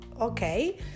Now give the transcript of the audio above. okay